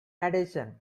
addition